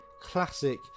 classic